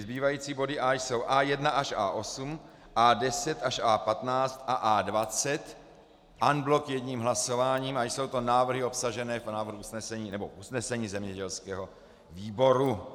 Zbývající body A jsou A1 až A8, A10 až A15 a A20 en bloc jedním hlasováním, jsou to návrhy obsažené v návrhu usnesení, nebo v usnesení zemědělského výboru.